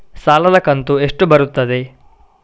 ಸಾಲದ ಕಂತು ಎಷ್ಟು ಬರುತ್ತದೆ?